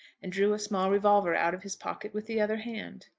and drew a small revolver out of his pocket with the other hand.